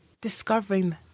discovering